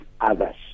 others